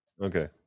Okay